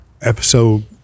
episode